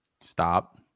Stop